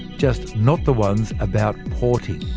just not the ones about porting.